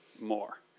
more